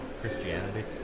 Christianity